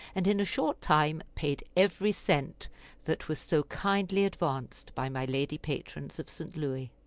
and in a short time paid every cent that was so kindly advanced by my lady patrons of st. louis.